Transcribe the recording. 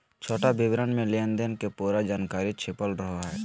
छोटा विवरण मे लेनदेन के पूरा जानकारी छपल रहो हय